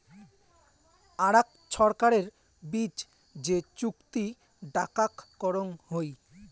আরাক ছরকারের বিচ যে চুক্তি ডাকাক করং হই